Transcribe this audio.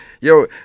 Yo